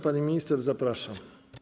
Pani minister, zapraszam.